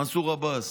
מנסור עבאס: